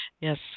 Yes